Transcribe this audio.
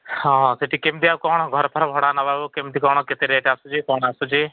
ହଁ ସେଠି କେମିତିଆ କ'ଣ ଘର ଫର ଭଡ଼ା ନେବାକୁ କେମିତି କ'ଣ କେତେ ରେଟ୍ ଆସୁଛି କ'ଣ ଆସୁଛି